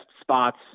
spots